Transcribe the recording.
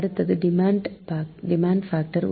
அடுத்தது demand factor